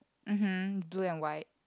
mmhmm blue and white